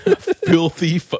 Filthy